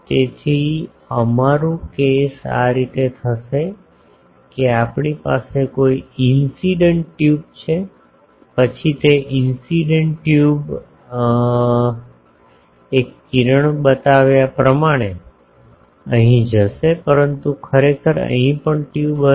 તેથી અમારું કેસ આ રીતે થશે કે આપણી પાસે કોઈ ઇન્સીડેંટ ટ્યુબ છે પછી તે ઇન્સીડેંટ ટ્યુબ એક કિરણ બતાવ્યા પ્રમાણે અહીં જશે પરંતુ ખરેખર અહીં પણ ટ્યુબ હશે